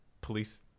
police